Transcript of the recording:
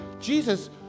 Jesus